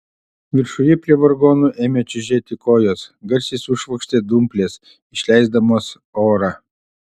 viršuje prie vargonų ėmė čiužėti kojos garsiai sušvokštė dumplės išleisdamos orą